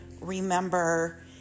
remember